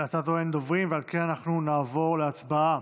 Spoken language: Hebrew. נעבור להצבעה.